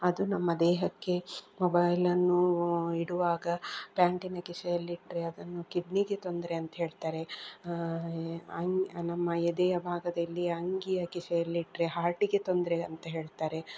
ಅದು ನಮ್ಮ ದೇಹಕ್ಕೆ ಮೊಬೈಲನ್ನು ಇಡುವಾಗ ಪ್ಯಾಂಟಿನ ಕಿಸೆಯಲ್ಲಿಟ್ಟರೆ ಅದನ್ನು ಕಿಡ್ನಿಗೆ ತೊಂದರೆ ಅಂತ ಹೇಳ್ತಾರೆ ಅನ್ ನಮ್ಮ ಎದೆಯ ಭಾಗದಲ್ಲಿ ಅಂಗಿಯ ಕಿಸೆಯಲ್ಲಿಟ್ಟರೆ ಹಾರ್ಟಿಗೆ ತೊಂದರೆ ಅಂತ ಹೇಳ್ತಾರೆ